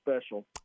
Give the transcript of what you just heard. special